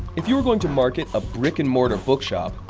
if you were going to market a brick and mortar bookshop,